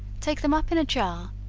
take them up in a jar,